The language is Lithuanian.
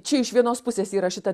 čia iš vienos pusės yra šita